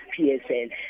PSL